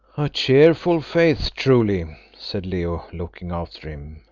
a cheerful faith, truly, said leo, looking after him,